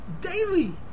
daily